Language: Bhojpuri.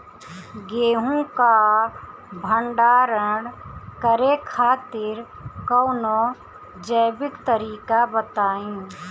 गेहूँ क भंडारण करे खातिर कवनो जैविक तरीका बताईं?